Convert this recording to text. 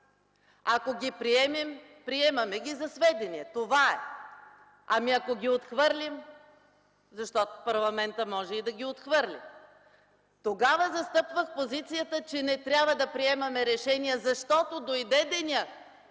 Ако ги приемем, приемаме ги за сведение! Това е! Ами ако ги отхвърлим? Защото парламентът може и да ги отхвърли. Тогава застъпвах позицията, че не трябва да приемаме решение, защото дойде денят,